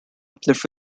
uplift